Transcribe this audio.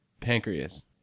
pancreas